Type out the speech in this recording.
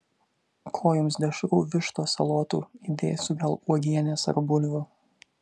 ko jums dešrų vištos salotų įdėsiu gal uogienės ar bulvių